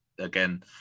Again